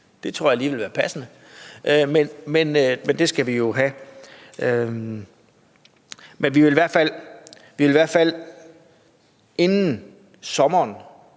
Det tror jeg lige ville være passende. Men de analyser skal vi jo have. Men vi vil i hvert fald inden sommeren